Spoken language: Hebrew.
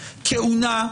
כהונה,